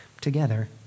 together